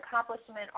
accomplishment